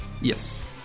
Yes